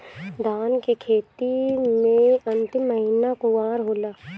धान के खेती मे अन्तिम महीना कुवार होला?